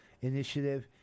initiative